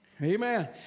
Amen